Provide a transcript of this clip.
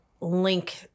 link